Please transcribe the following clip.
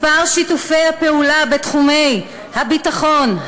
מספר שיתופי הפעולה בתחומי הביטחון,